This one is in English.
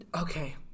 Okay